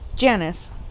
Janice